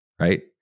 right